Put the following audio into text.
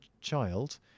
child